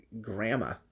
Grandma